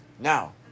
Now